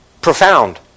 profound